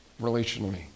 relationally